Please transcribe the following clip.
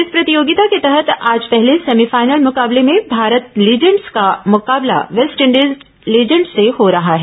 इस प्रतियोगिता के तहत आज पहले सेमीफाइनल मुकाबले में भारत लीजेंड्स का मुकाबला वेस्टइंडीज लीजेंड्स से हो रहा है